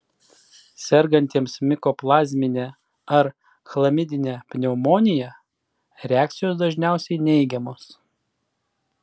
sergantiems mikoplazmine ar chlamidine pneumonija reakcijos dažniausiai neigiamos